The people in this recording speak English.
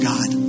God